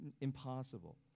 Impossible